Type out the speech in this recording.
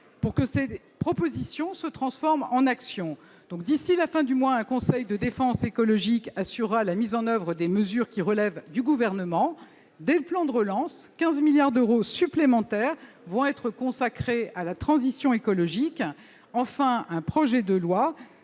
pour que cette proposition se transforme en action. Ainsi, d'ici à la fin du mois, un conseil de défense écologique assurera la mise en oeuvre des mesures qui relèvent du Gouvernement, des plans de relance- 15 milliards d'euros supplémentaires vont être consacrés à la transition écologique. Enfin, un projet de loi